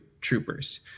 troopers